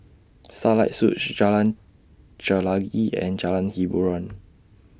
Starlight Suites Jalan Chelagi and Jalan Hiboran